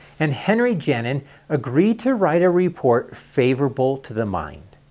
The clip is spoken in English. and henry janin agreed to write a report favorable to the mine.